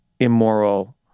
Immoral